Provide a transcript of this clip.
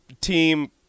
team